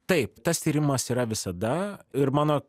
taip tas tyrimas yra visada ir mano